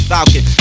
Falcon